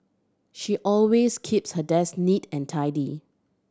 she always keeps her desk neat and tidy